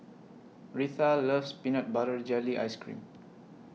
Reatha loves Peanut Butter Jelly Ice Cream